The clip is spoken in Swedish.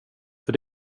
för